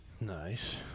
Nice